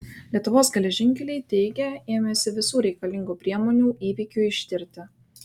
lietuvos geležinkeliai teigia ėmęsi visų reikalingų priemonių įvykiui ištirti